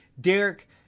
Derek